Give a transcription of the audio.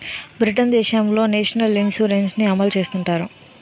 Britain దేశంలో national insurance ని అమలు చేస్తుంటారు